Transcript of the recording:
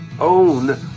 own